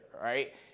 Right